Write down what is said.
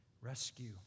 Rescue